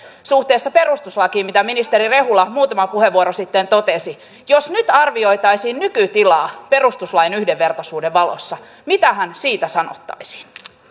suhteessa perustuslakiin mitä ministeri rehula muutama puheenvuoro sitten totesi jos nyt arvioitaisiin nykytilaa perustuslain yhdenvertaisuuden valossa mitähän siitä sanottaisiin